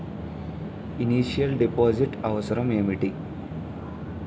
Initial deposit అవసరం ఏమిటి?